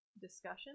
discussion